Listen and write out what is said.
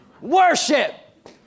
worship